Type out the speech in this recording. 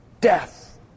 Death